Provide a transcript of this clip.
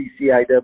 CCIW